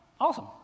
awesome